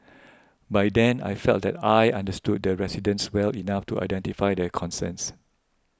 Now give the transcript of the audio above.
by then I felt that I understood the residents well enough to identify their concerns